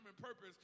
purpose